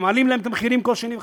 ומעלים להם את המחירים כל שני וחמישי.